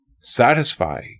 Satisfy